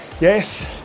yes